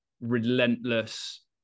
relentless